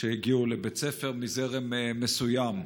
כשהגיעו לבית ספר מזרם מסוים.